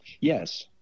Yes